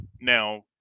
Now